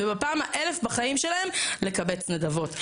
ובפעם ה-1,000 בחיים שלהם לקבץ נדבות.